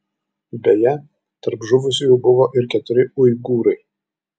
beje tarp žuvusiųjų buvo ir keturi uigūrai